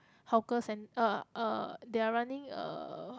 hawker cent~ uh they are running a